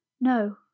No